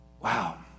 wow